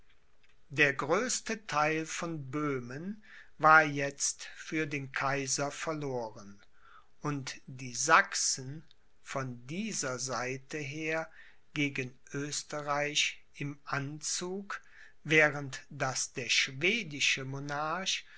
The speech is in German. der größte theil von böhmen war jetzt für den kaiser verloren und die sachsen von dieser seite her gegen oesterreich im anzug während daß der schwedische